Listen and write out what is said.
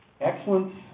Excellence